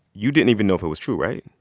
you didn't even know if it was true, right?